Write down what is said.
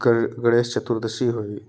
ग़र गणेश चतुर्दशी हुई